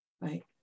right